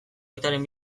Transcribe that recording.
aitaren